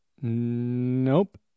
Nope